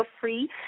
free